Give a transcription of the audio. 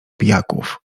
pijaków